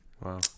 wow